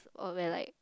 or where like